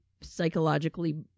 psychologically